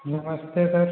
नमस्ते सर